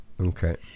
Okay